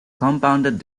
compounded